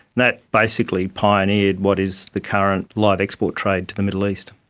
that basically pioneered what is the current live export trade to the middle east.